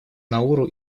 науру